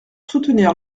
soutenir